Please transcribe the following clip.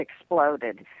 exploded